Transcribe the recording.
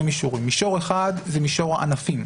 מישורים: מישור אחד הוא מישור הענפים,